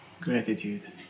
Gratitude